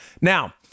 Now